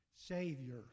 Savior